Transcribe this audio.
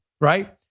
right